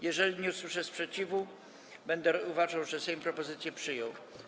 Jeżeli nie usłyszę sprzeciwu, będę uważał, że Sejm propozycję przyjął.